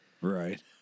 right